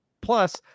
plus